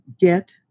get